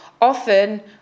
Often